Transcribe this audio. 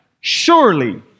surely